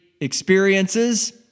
experiences